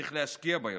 צריך להשקיע בארגון.